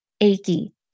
achy